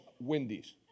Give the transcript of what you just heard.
Wendy's